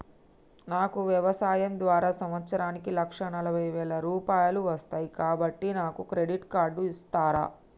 నాకు వ్యవసాయం ద్వారా సంవత్సరానికి లక్ష నలభై వేల రూపాయలు వస్తయ్, కాబట్టి నాకు క్రెడిట్ కార్డ్ ఇస్తరా?